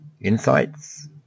insights